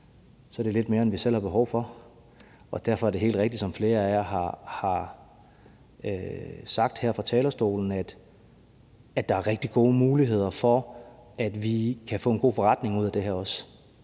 så er det lidt mere, end vi selv har behov for, og derfor er det helt rigtigt, som flere af jer har sagt her fra talerstolen, at der også er rigtig gode muligheder for, at vi kan få en god forretning ud af det her og